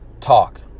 talk